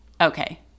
okay